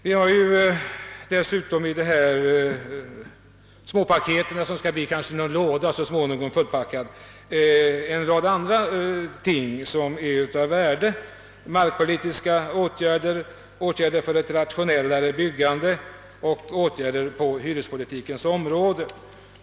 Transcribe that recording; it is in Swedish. Vi har dessutom i dessa småpaket, som så småningom kanske kan läggas tillsammans i en låda, föreslagit en rad andra värdefulla ting: markpolitiska åtgärder, åtgärder för ett rationellare byggande och åtgärder på hyrespolitikens område.